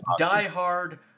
Diehard